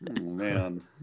Man